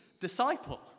disciple